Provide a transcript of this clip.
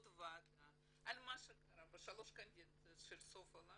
ועדה על מה שקרה בשלוש הקדנציות של סופה לנדבר,